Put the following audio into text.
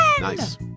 Nice